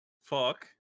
Fuck